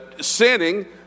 sinning